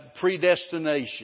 predestination